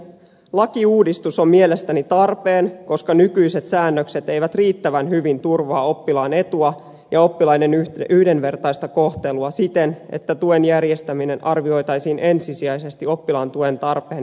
lakiuudistus on mielestäni tarpeen koska nykyiset säännökset eivät riittävän hyvin turvaa oppilaan etua ja oppilaiden yhdenvertaista kohtelua siten että tuen järjestäminen arvioitaisiin ensisijaisesti oppilaan tuen tarpeen näkökulmasta